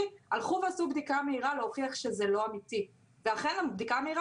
הלכו ועשו בדיקה מהירה להוכיח שזה לא אמיתי ואכן הבדיקה המהירה